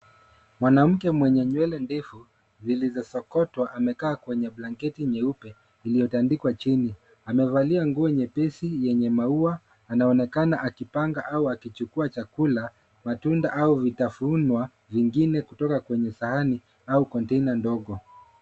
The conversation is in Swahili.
Mwanamke mwenye nywele ndefu zilizosokotwa amekaa kwenye blanketi nyeupe iliyotandikwa chini. Amevalia nguo nyepesi yenye maua. Anaonekana akipanga au akichukua chakula, matunda au vitafunwa vingine kutoka kwenye sahani au container ndogo.